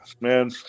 Man